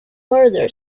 murder